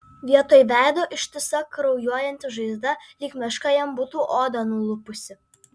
vietoj veido ištisa kraujuojanti žaizda lyg meška jam būtų odą nulupusi